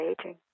aging